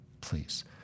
please